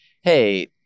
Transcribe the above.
hey